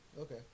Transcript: Okay